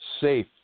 safe